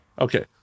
Okay